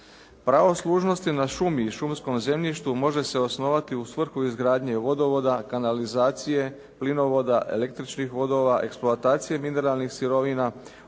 Pravo služnosti na šumi i šumskom zemljištu može se osnovati u svrhu izgradnje vodovoda, kanalizacije, plinovoda, električnih vodova, eksploatacije mineralnih sirovina,